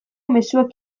mezuak